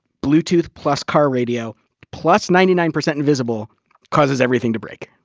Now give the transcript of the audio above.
bluetooth plus car radio plus ninety nine percent invisible causes everything to break.